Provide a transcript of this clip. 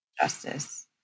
justice